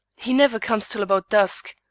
he never comes till about dusk.